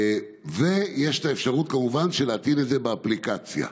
ויש אפשרות כמובן להטעין את זה באפליקציה,